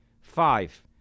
Five